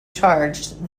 charged